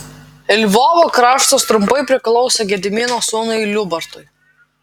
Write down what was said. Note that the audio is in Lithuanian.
lvovo kraštas trumpai priklausė gedimino sūnui liubartui